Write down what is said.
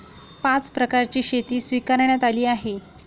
पाच प्रकारची शेती स्वीकारण्यात आली आहे